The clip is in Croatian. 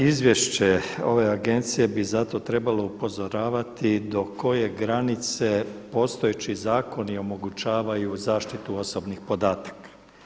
Izvješće ove Agencije bi zato trebalo upozoravati do koje granice postojeći zakoni omogućavaju zaštitu osobnih podataka.